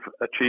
achieve